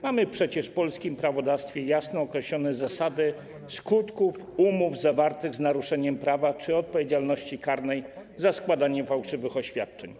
Mamy przecież w polskim prawodawstwie jasno określone zasady dotyczące skutków umów zawartych z naruszeniem prawa czy odpowiedzialności karnej za składanie fałszywych oświadczeń.